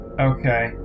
Okay